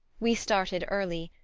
we started early,